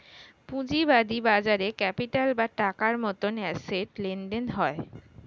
পুঁজিবাদী বাজারে ক্যাপিটাল বা টাকার মতন অ্যাসেট লেনদেন হয়